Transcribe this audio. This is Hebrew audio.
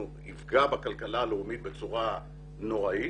אנחנו נפגע בכלכלה הלאומית בצורה נוראית,